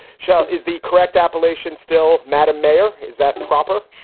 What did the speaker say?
shell is the correct appellation still, madam mayor. is that proper?